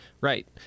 Right